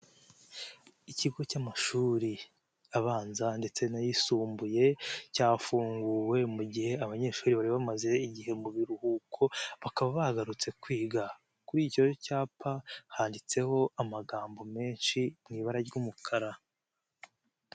ibiti by'imyembe bikiri bitoya ariko biteye ahantu heza bisa neza cyane bigaragara ko byitaweho kandi bifite imikurire myiza ishimishije bisa n'ibizatanga umusaruro uhagije mu gihe kizaza